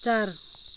चार